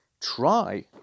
try